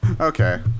Okay